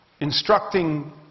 instructing